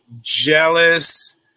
jealous